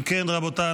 אם כן רבותיי,